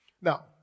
Now